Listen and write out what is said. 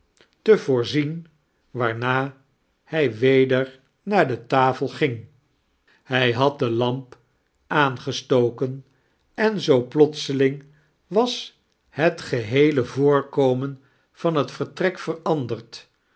te voorzien waarna hij weder naar de tafel ging hij had de lamp aangestoken en zoo platseling was het geheele voorkomen van het vertrek veranderd